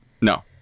No